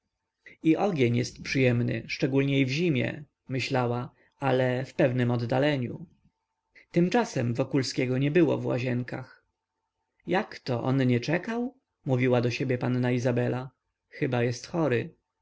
i ogień jest przyjemny szczególniej w zimie myślała ale w pewnem oddaleniu tymczasem wokulskiego nie było w łazienkach jakto on nie czekał mówiła do siebie panna izabela chyba jest chory